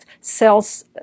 cells